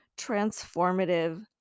transformative